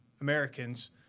Americans